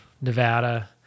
Nevada